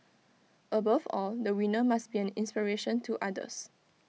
above all the winner must be an inspiration to others